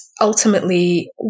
ultimately